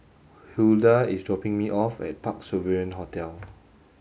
Huldah is dropping me off at Parc Sovereign Hotel